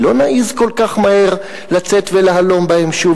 כי לא נעז כל כך מהר לצאת ולהלום בהם שוב.